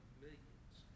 millions